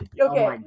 Okay